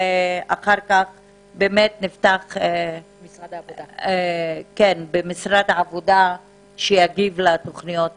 ואחר כך נשמע את משרד העבודה שיגיב לתוכניות האלה.